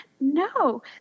no